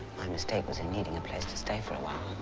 my mistake was in needing a place to stay for a while.